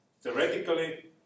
theoretically